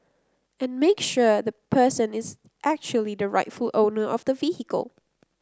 and make sure the person is actually the rightful owner of the vehicle